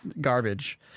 garbage